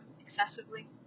excessively